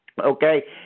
Okay